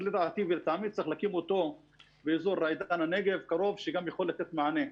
לדעתי ולטעמי צריך להקים באזור קרוב שיכול לתת מענה.